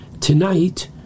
tonight